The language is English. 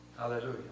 Hallelujah